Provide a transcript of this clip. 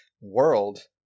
world